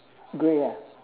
grey ah